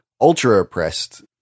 ultra-oppressed